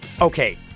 Okay